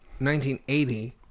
1980